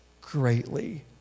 greatly